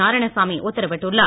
நாராயணசாமி உத்தரவிட்டுள்ளார்